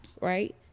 right